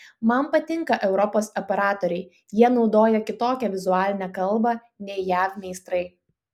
man patinka europos operatoriai jie naudoja kitokią vizualinę kalbą nei jav meistrai